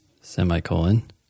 semicolon